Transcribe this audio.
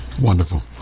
Wonderful